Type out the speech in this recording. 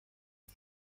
iki